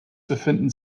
befinden